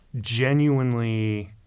genuinely